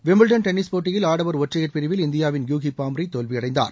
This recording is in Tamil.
விம்பிள்டன் டென்னிஸ் போட்டியில் ஆடவர் ஒற்றையர் பிரிவில் இந்தியாவின் யூகி பாம்ப்ரி தோல்வியடைந்தார்